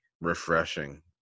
refreshing